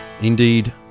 Indeed